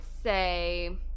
say